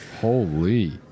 Holy